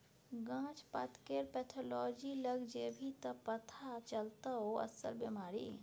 गाछ पातकेर पैथोलॉजी लग जेभी त पथा चलतौ अस्सल बिमारी